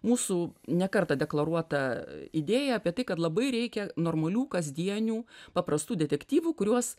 mūsų ne kartą deklaruota idėja apie tai kad labai reikia normalių kasdienių paprastų detektyvų kuriuos